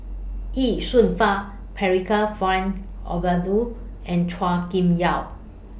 Ye Shunfang Percival Frank Aroozoo and Chua Kim Yeow